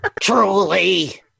Truly